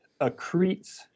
accretes